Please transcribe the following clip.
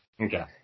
Okay